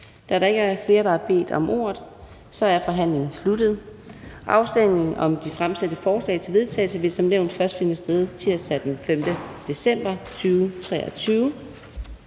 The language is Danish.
Da der ikke er flere, der har bedt om ordet, er forhandlingen sluttet. Afstemning om de fremsatte forslag til vedtagelse vil som nævnt først finde sted tirsdag den 5. december 2023.